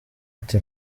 ati